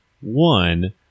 one